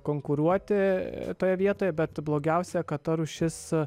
konkuruoti toje vietoje bet blogiausia kad ta rūšis